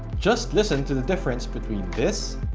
just listen to the difference between this,